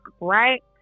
right